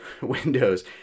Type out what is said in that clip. windows